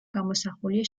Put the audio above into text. გამოსახულია